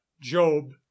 job